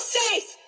safe